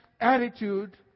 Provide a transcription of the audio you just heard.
attitude